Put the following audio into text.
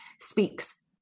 speaks